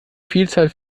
vielzahl